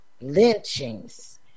lynchings